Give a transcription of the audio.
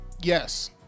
Yes